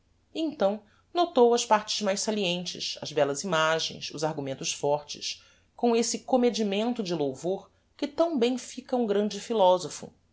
então notou as partes mais salientes as bellas imagens os argumentos fortes com esse comedimento de louvor que tão bem fica a um grande